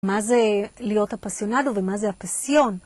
מה זה להיות הפסיונלו ומה זה הפסיון?